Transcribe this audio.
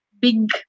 big